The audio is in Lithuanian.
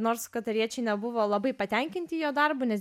nors katariečiai nebuvo labai patenkinti jo darbu nes